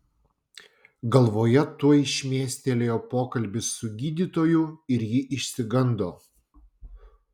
galvoje tuoj šmėstelėjo pokalbis su gydytoju ir ji išsigando